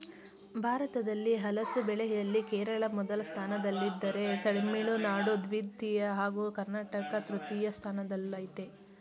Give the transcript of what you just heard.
ಭಾರತದಲ್ಲಿ ಹಲಸು ಬೆಳೆಯಲ್ಲಿ ಕೇರಳ ಮೊದಲ ಸ್ಥಾನದಲ್ಲಿದ್ದರೆ ತಮಿಳುನಾಡು ದ್ವಿತೀಯ ಹಾಗೂ ಕರ್ನಾಟಕ ತೃತೀಯ ಸ್ಥಾನದಲ್ಲಯ್ತೆ